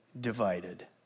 divided